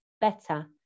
better